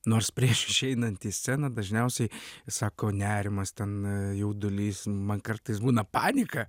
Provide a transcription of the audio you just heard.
nors prieš išeinant į sceną dažniausiai sako nerimas ten jaudulys man kartais būna panika